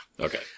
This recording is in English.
Okay